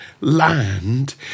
land